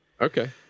Okay